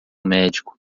médico